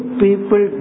people